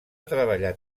treballat